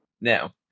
Now